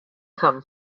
come